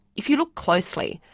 if you look closely,